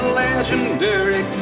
legendary